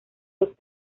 los